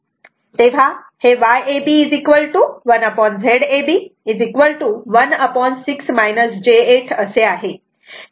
तेव्हा हे Yab 1Z ab 1 असे आहे